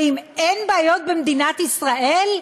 האם אין בעיות במדינת ישראל?